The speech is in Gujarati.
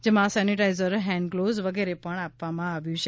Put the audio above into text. જેમાં સેનેટાઈઝર હેન્ડ ઝ્લોઝ વિગેરે પણ આપવામાં આવ્યું છે